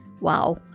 Wow